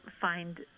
find